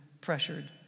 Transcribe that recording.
pressured